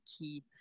key